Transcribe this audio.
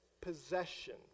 Possession